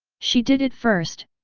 she did it first,